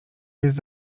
jest